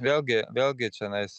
vėlgi vėlgi čionais